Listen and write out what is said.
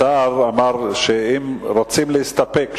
השר אמר שאם רוצים להסתפק,